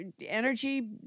energy